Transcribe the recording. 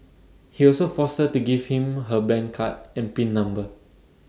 he also forced to give him her bank card and pin number